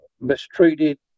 mistreated